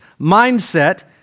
mindset